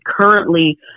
currently